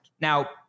Now